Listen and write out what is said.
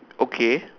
okay